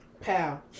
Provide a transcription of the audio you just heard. Pal